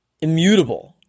immutable